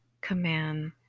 command